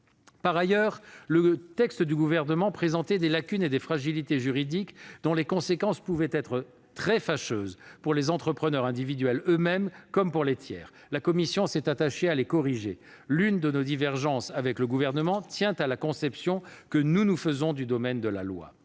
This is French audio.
Par ailleurs, le texte du Gouvernement présentait des lacunes et des fragilités juridiques, dont les conséquences pouvaient être très fâcheuses, pour les entrepreneurs individuels eux-mêmes comme pour les tiers. La commission s'est attachée à les corriger. L'une de nos divergences avec le Gouvernement tient à la conception que nous nous faisons du domaine de la loi.